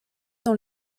dans